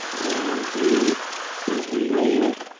and he is related.